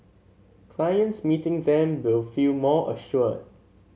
clients meeting them will feel more assured